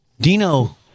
dino